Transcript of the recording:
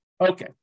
Okay